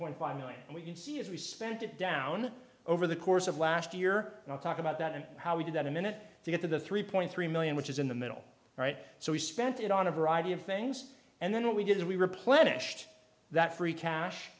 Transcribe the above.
point five nine and we can see if we spend it down over the course of last year we'll talk about that and how we did that a minute to get to the three point three million which is in the middle right so we spent it on a variety of things and then what we did is we replenished that free cash